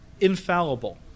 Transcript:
infallible